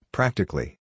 Practically